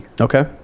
Okay